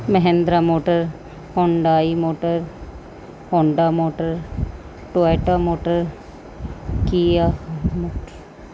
Mahindra motors Hyundai motors Honda motors Toyota motors Kia motors